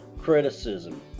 criticism